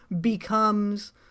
becomes